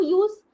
use